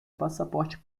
passaporte